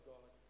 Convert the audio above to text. God